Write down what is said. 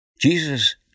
Jesus